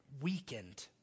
weakened